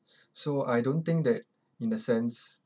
so I don't think that in the sense